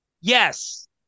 Yes